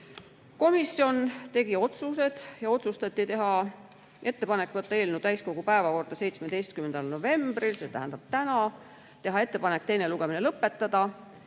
teha. Komisjon tegi otsused. Otsustati teha ettepanek võtta eelnõu täiskogu päevakorda 17. novembriks, st tänaseks ning teha ettepanek teine lugemine lõpetada.